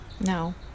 No